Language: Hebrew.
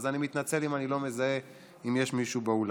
אז אני מתנצל אם אני לא מזהה אם יש מישהו באולם.